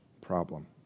problem